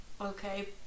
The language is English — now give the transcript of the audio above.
Okay